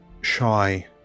shy